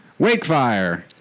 Wakefire